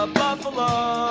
buffalo